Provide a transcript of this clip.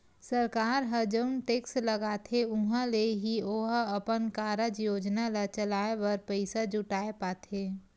सरकार ह जउन टेक्स लगाथे उहाँ ले ही ओहा अपन कारज योजना ल चलाय बर पइसा जुटाय पाथे